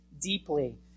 deeply